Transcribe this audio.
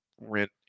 rent